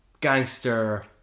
gangster